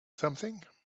something